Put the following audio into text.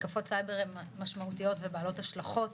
מתקפות סייבר הן משמעותיות ובעלות השלכות